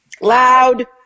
Loud